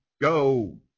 go